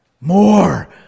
More